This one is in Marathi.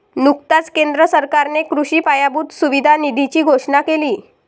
नुकताच केंद्र सरकारने कृषी पायाभूत सुविधा निधीची घोषणा केली